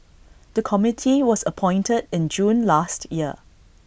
the committee was appointed in June last year